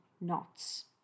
knots